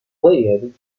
played